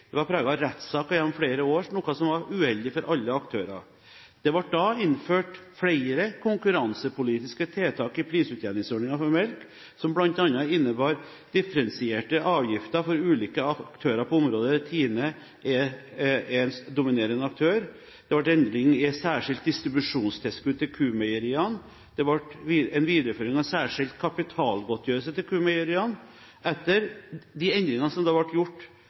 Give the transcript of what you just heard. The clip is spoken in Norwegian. gangen var preget av uro, konflikt og rettssaker gjennom flere år, noe som var uheldig for alle aktører. Det ble da innført flere konkurransepolitiske tiltak i prisutjevningsordningen for melk, som bl.a. innebar differensierte avgifter for ulike aktører på området, der TINE er en dominerende aktør. Det ble endring i særskilt distribusjonstilskudd til Q-Meieriene, og det ble en videreføring av særskilt kapitalgodtgjørelse til Q-Meieriene. Etter de endringene som ble